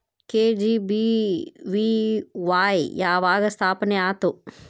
KGBVY ಯಾವಾಗ ಸ್ಥಾಪನೆ ಆತು?